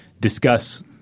discuss